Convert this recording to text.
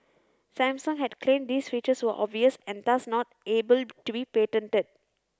Samsung had claimed these features were obvious and thus not able to be patented